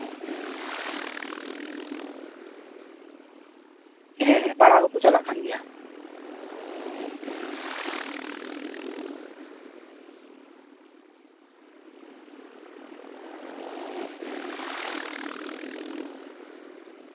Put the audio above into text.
ᱦᱮᱸ ᱯᱟᱲᱦᱟᱣ ᱦᱚᱸᱠᱚ ᱪᱟᱞᱟᱜ ᱠᱟᱱ ᱜᱮᱭᱟ